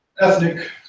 ethnic